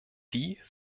die